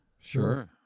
Sure